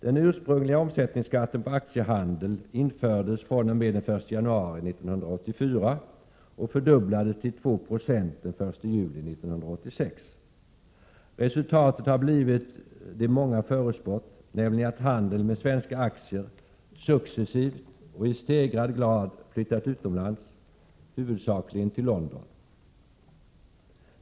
Den ursprungliga omsättningskatten på aktiehandel infördes fr.o.m. den 1 januari 1984 och fördubblades till 2 90 den 1 juli 1986. Resultatet har blivit det som många förutspått, nämligen att handeln med svenska aktier successivt och i stegrad grad flyttat utomlands, huvudsakligen till London.